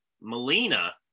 melina